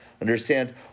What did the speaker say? Understand